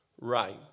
right